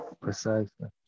Precisely